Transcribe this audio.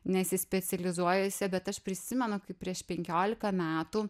nesispecializuojuosi bet aš prisimenu kaip prieš penkiolika metų